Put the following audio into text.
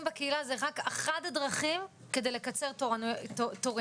בקהילה זה רק אחד הדרכים כדי לקצר את התורים.